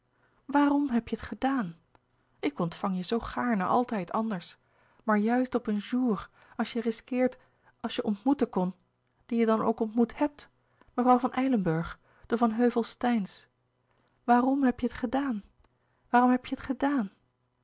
waarom heb je het gedaan ik ontvang je zoo gaarne altijd anders maar juist op een jour als je risqueert als je ontmeten kon die je dan ook ontmoet hebt mevrouw van eilenburgh de van heuvel steijns waarom heb je het gedaan waarom heb je het gedaan